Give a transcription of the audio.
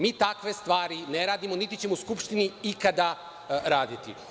Mi takve stvari ne radimo, niti ćemo u Skupštini ikada raditi.